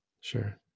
Sure